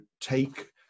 take